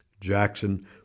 Jackson